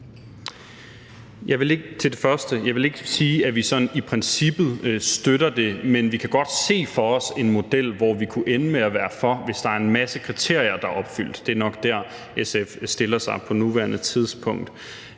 jeg ikke sige, at vi sådan i princippet støtter det, men vi kan godt se en model for os, hvor vi kunne ende med at være for, hvis der er en masse kriterier, der er opfyldt. Det er nok der, SF stiller sig på nuværende tidspunkt.